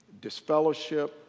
disfellowship